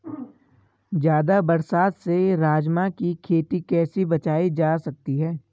ज़्यादा बरसात से राजमा की खेती कैसी बचायी जा सकती है?